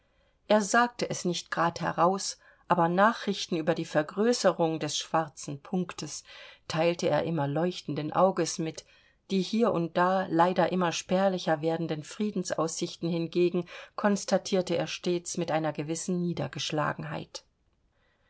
er sagte es nicht grad heraus aber nachrichten über die vergrößerung des schwarzen punktes teilte er immer leuchtenden auges mit die hier und da leider immer spärlicher werdenden friedensaussichten hingegen konstatierte er stets mit einer gewissen niedergeschlagenheit